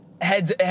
heads